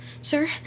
sir